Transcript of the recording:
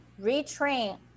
retrain